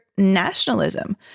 nationalism